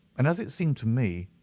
and as it seemed to me,